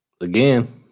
again